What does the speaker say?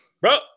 Bro